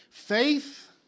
Faith